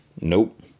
Nope